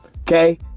Okay